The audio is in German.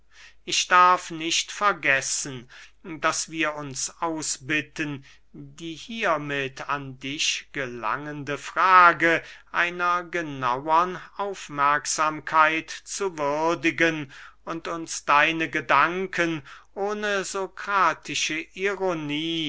ich darf nicht vergessen daß wir uns ausbitten die hiermit an dich gelangende frage einer genauern aufmerksamkeit zu würdigen und uns deine gedanken ohne sokratische ironie